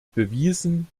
bewiesen